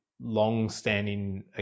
long-standing